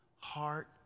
heart